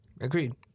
Agreed